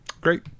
Great